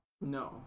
No